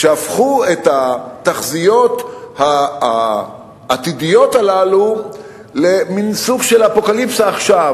שהפכו את התחזיות העתידיות הללו למין סוג של "אפוקליפסה עכשיו".